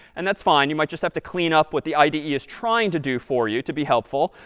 and that's fine. you might just have to clean up what the ide is trying to do for you to be helpful.